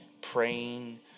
praying